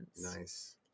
Nice